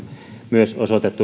myös osoitettu rahaa